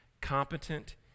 competent